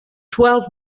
twelve